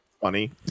funny